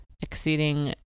exceeding